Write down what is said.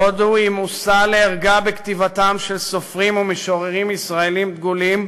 הודו היא מושא לערגה בכתיבתם של סופרים ומשוררים ישראלים דגולים,